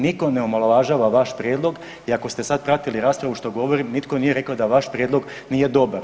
Nitko ne omalovažava vaš prijedlog i ako ste sad pratili raspravu što govorim nitko nije rekao da vaš prijedlog nije dobar.